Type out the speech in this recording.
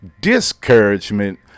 discouragement